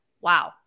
wow